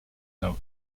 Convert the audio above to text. note